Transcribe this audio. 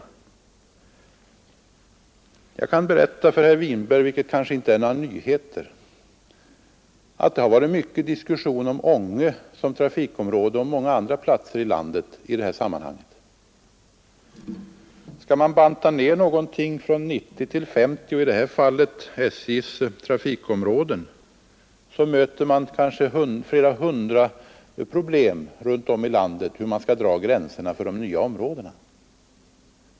Jag kan berätta för herr Winberg — vilket kanske inte är några nyheter - att det har varit mycken diskussion om Ånge som trafikområde och om många andra platser i landet i detta sammanhang. Skall man banta ner någonting från 90 till 50 — i det här fallet SJ:s trafikområden — möter man kanske flera hundra problem runt om i landet när det gäller hur man skall dra gränserna för de nya områdena.